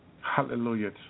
Hallelujah